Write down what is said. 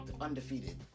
undefeated